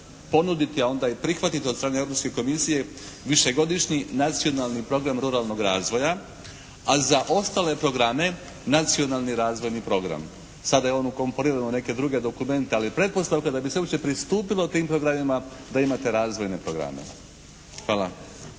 ponuditi, a onda i prihvatiti od strane Europske Komisije višegodišnji nacionalni program ruralnog razvoja, a za ostale programe nacionalni razvojni program. Sada je on ukomponirao neke druge dokumente, ali je pretpostavka da bi se uopće pristupilo tim programima da imate razvojne programe. Hvala.